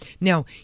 now